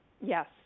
Yes